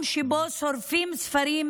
ש"במקום שבו שורפים ספרים,